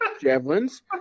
javelins